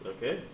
Okay